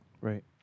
right